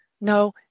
no